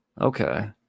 Okay